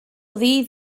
ddydd